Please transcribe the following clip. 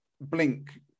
blink